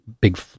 big